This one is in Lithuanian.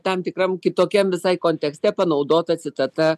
tam tikram kitokiam visai kontekste panaudota citata